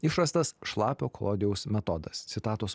išrastas šlapio kolodijaus metodas citatos